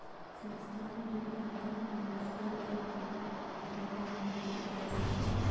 संस्थान, ऋण अवधि के विस्तार कय के व्यापार में वृद्धि कय सकल